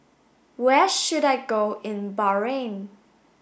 where should I go in Bahrain